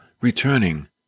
returning